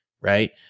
right